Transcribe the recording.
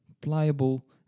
pliable